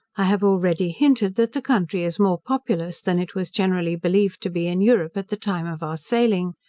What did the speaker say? i have already hinted, that the country is more populous than it was generally believed to be in europe at the time of our sailing.